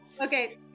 Okay